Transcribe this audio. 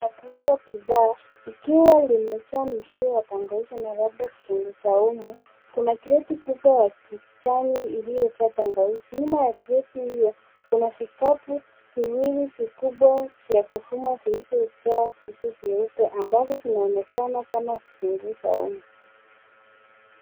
Duka la kuuza bidhaa likiwa limejaa mizigo ya tangawizi na labda vitunguu saumu. Kuna kreti kubwa ya kijani iliyojaa tangawizi, nyuma ya kreti hiyo kuna vikapu viwili vikubwa, vya kuvuma vilivyojaa vitu vyeupe ambavyo vinaonekana kama vitunguu saumu.